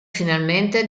finalmente